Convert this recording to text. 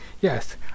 yes